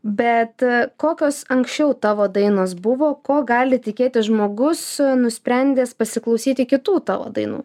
bet kokios anksčiau tavo dainos buvo ko gali tikėtis žmogus nusprendęs pasiklausyti kitų tavo dainų